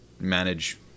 manage